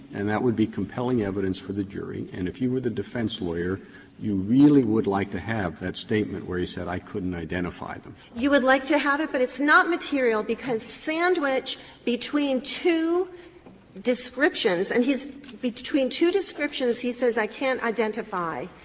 and that would be compelling evidence for the jury. and if you were the defense lawyer you really would like to have that statement where he said i couldn't identify them. andrieu you would like to have it, but it's not material because sandwiched between two descriptions and he is between two descriptions, he says i can't identify.